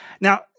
Now